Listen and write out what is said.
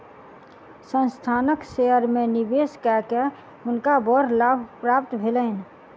संस्थानक शेयर में निवेश कय के हुनका बड़ लाभ प्राप्त भेलैन